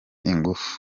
ingufu